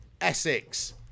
Essex